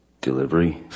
delivery